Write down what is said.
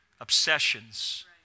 obsessions